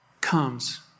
comes